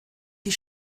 die